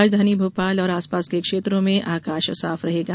राजधानी भोपाल और आसपास के क्षेत्रों में आकाश साफ रहेगा